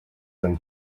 them